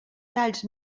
talls